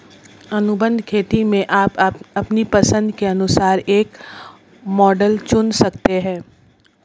अनुबंध खेती में आप अपनी पसंद के अनुसार एक मॉडल चुन सकते हैं